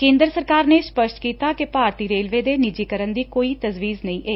ਕੇ'ਦਰ ਸਰਕਾਰ ਨੇ ਸਪਸ਼ਟ ਕੀਤਾ ਕਿ ਭਾਰਤੀ ਰੇਲਵੇ ਦੇ ਨਿਜੀਕਰਨ ਦੀ ਕੋਈ ਤਜਵੀਜ਼ ਨਹੀ' ਏ